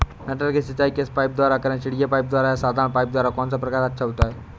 मटर की सिंचाई किस पाइप द्वारा करें चिड़िया पाइप द्वारा या साधारण पाइप द्वारा कौन सा प्रकार अच्छा होता है?